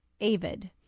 AVID